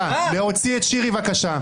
להוציא את רון כץ החוצה.